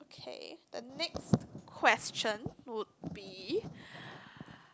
okay the next question would be